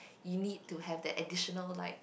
you need to have the additional like